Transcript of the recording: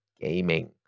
Gaming